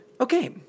Okay